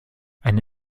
eine